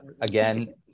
again